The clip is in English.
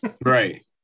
right